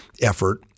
effort